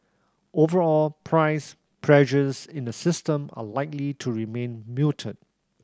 overall price pressures in the system are likely to remain muted